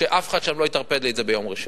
שאף אחד שם לא יטרפד לי את זה ביום ראשון.